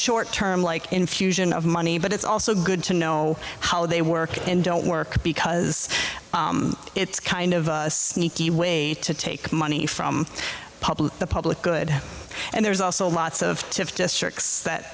short term like infusion of money but it's also good to know how they work and don't work because it's kind of sneaky way to take money from the public the public good and there's also lots of tips just shirks that